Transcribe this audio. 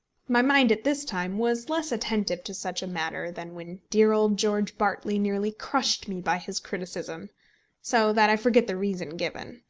my mind at this time was less attentive to such a matter than when dear old george bartley nearly crushed me by his criticism so that i forget the reason given.